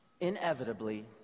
inevitably